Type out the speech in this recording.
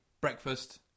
Breakfast